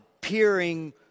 peering